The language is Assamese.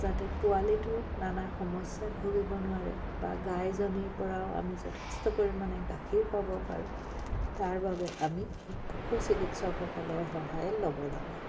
যাতে পোৱালিটোৱে নানা সমস্যাত ভুগিব নোৱাৰে বা গাইজনীৰ পৰাও আমি যথেষ্ট পৰিমাণে গাখীৰ পাব পাৰোঁ তাৰ বাবে আমি পশু চিকিৎসকসকলৰ সহায়ে ল'ব লাগে